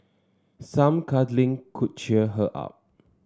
some cuddling could cheer her up